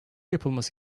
yapılması